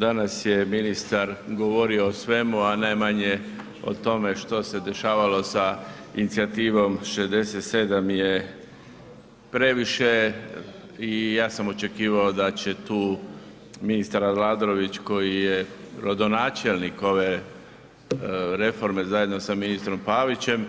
Danas je ministar govorio o svemu, a najmanje o tome što se dešavalo sa inicijativom „67 je previše“ i ja sam očekivao da će tu ministar Aladrović koji je rodonačelnik ove reforme, zajedno sa ministrom Pavićem